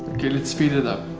ok, let's fill it up.